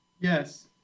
yes